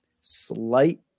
Slight